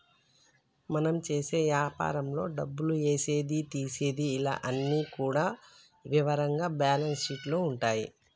మనం చేసే యాపారంలో డబ్బులు ఏసేది తీసేది ఇలా అన్ని కూడా ఇవరంగా బ్యేలన్స్ షీట్ లో ఉంటాయి